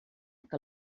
que